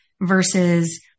versus